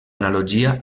analogia